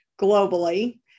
globally